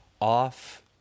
off